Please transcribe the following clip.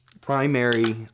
primary